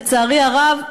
לצערי הרב,